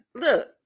look